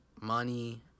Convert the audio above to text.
money